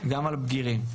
גם על בגירים.